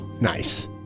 Nice